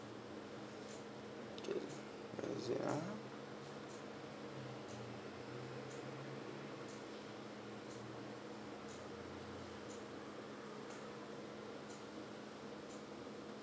okay let me check ah